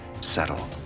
settle